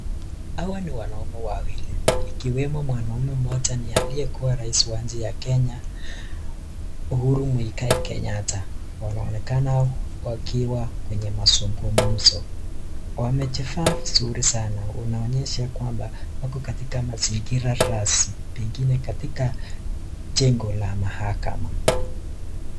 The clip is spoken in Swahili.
Hawa ni wanaume wawili ikiwemo mwanamume mmoja ni aliyekuwa rais wa nchi ya Kenya, Uhuru Muigai Kenyatta. Wanaonekana wakiwa kwenye mazungumzo. Wamejifaa vizuri sana, kuonyesha kwamba wako katika mazingira rasmi, pengine katika jengo la mahakama.